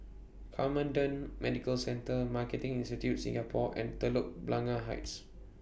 Camden Medical Centre Marketing Institute Singapore and Telok Blangah Heights